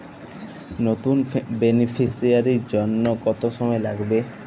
নতুন বেনিফিসিয়ারি জন্য কত সময় লাগবে?